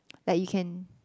like you can